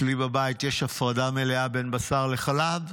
אצלי בבית יש הפרדה מלאה בין בשר לחלב.